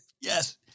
Yes